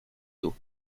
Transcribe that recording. dos